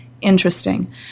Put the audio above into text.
interesting